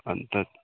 अन्त